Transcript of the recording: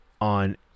on